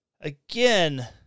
again